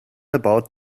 about